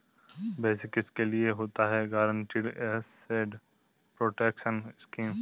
वैसे किसके लिए होता है गारंटीड एसेट प्रोटेक्शन स्कीम?